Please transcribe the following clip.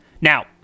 Now